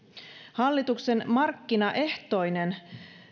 hallituksen markkinaehtoisen